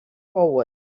forward